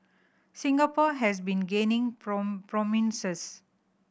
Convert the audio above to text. Singapore has been gaining prominence